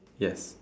yes